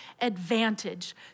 advantage